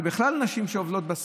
ובכלל נשים שסובלות,